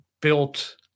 built